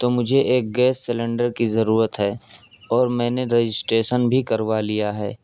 تو مجھے ایک گیس سیلنڈر کی ضرورت ہے اور میں رجسٹریشن بھی کروا لیا ہے